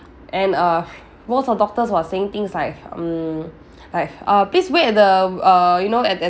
and uh most of the doctors was saying things like um like uh please wait the err you know at at